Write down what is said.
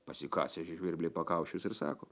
pasikasė žvirbliai pakaušius ir sako